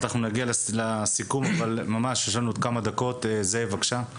זאב, בבקשה.